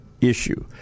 issue